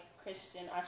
Christian